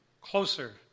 closer